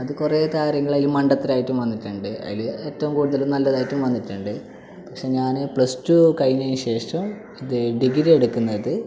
അത് കുറേ തരങ്ങളിൽ മണ്ടത്തരമായിട്ടും വന്നിട്ടുണ്ട് അതിൽ ഏറ്റവും കൂടുതൽ നല്ലത് ആയിട്ടും വന്നിട്ടുണ്ട് പക്ഷേ ഞാൻ പ്ലസ് ടു കഴിഞ്ഞതിന് ശേഷം ഇത് ഡിഗ്രി എടുക്കുന്നത്